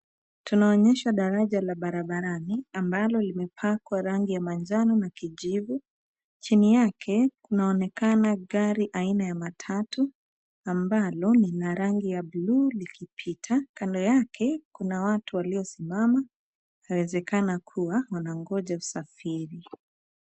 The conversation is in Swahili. Tunaonyeshwa daraja la barabarani ambalo limepakwa rangi ya manjano na kijivu. Chini yake kunaonekana gari aina ya matatu ambalo lina rangi ya buluu likipita. kando yake kuna watu waliosimama yawezekana kuwa wanangoja usafiri.